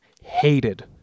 hated